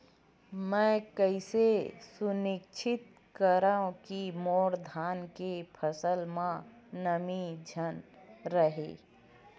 मैं कइसे सुनिश्चित करव कि मोर धान के फसल म नमी झन रहे?